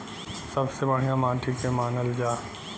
सबसे बढ़िया माटी के के मानल जा?